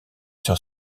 sur